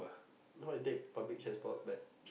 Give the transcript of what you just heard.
why you take public transport back